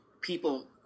people